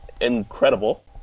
incredible